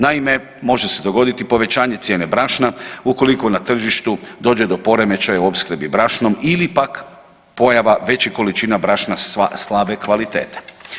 Naime, može se dogoditi povećanje cijene brašna ukoliko na tržištu dođe do poremećaja u opskrbi brašnom ili pak pojava veće količine brašna slabe kvalitete.